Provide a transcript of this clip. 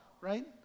right